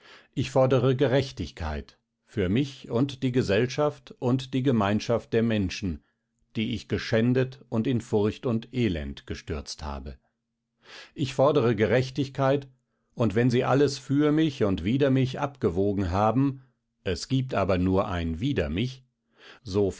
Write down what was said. ich fordere gerechtigkeit für mich und die gesellschaft und die gemeinschaft der menschen die ich geschändet und in furcht und elend gestürzt habe ich fordere gerechtigkeit und wenn sie alles für mich und wider mich abgewogen haben es gibt aber nur ein wider mich